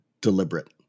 deliberate